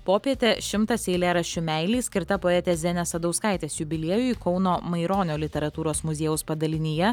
popietė šimtas eilėraščių meilei skirta poetės zenės sadauskaitės jubiliejui kauno maironio literatūros muziejaus padalinyje